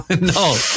No